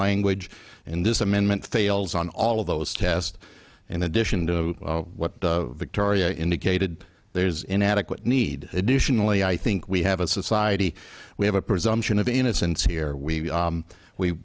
language in this amendment fails on all of those tests in addition to what victoria indicated there is inadequate need additionally i think we have a society we have a presumption of innocence here we